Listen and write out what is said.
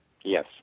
Yes